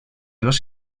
los